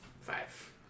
Five